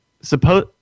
suppose